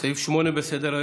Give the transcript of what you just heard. סעיף 8 בסדר-היום,